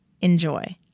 Enjoy